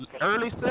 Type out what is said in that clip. early